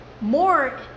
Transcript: more